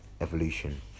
evolution